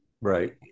Right